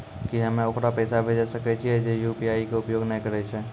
की हम्मय ओकरा पैसा भेजै सकय छियै जे यु.पी.आई के उपयोग नए करे छै?